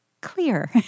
clear